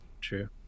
True